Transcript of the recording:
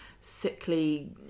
sickly